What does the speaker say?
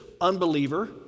unbeliever